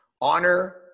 honor